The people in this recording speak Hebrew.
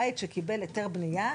בית שקיבל היתר בנייה,